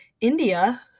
India